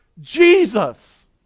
Jesus